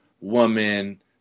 woman